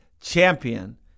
champion